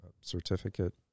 certificate